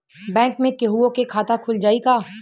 Bank में केहूओ के खाता खुल जाई का?